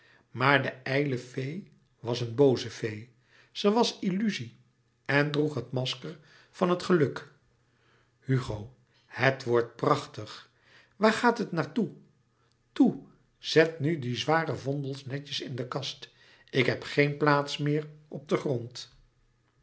maar de ijle fee was een booze fee ze was illuzie en droeg het masker van het geluk hugo het wordt prachtig waar gaat het naar toe toe zet nu die zware vondels netjes in de kast ik heb geen plaats meer op den grond